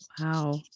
Wow